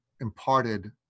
imparted